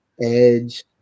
Edge